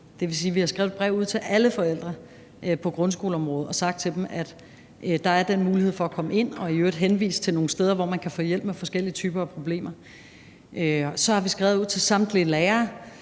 Det vil sige, at vi har skrevet et brev ud til alle forældre med børn i grundskolen og sagt til dem, at der er den mulighed for at komme ind, og i øvrigt henvist til nogle steder, hvor man kan få hjælp med forskellige typer af problemer. Så har vi skrevet ud til samtlige lærere,